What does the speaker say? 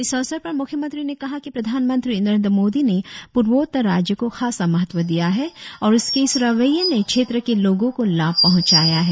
इस अवसर पर मुख्यमंत्री ने कहा कि प्रधान मंत्री नरेंद्र मोदी ने प्रर्वोत्तर राज्यों को खासा महत्व दिया है और उसके इस रवैये ने क्षेत्र के लोगों को लाभ पहुंचाया है